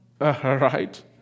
Right